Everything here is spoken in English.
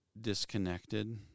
disconnected